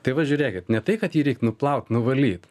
tai va žiūrėkit ne tai kad jį reik nuplaut nuvalyt